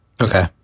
Okay